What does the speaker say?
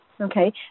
okay